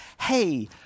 hey